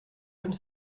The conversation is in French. comme